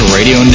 Radio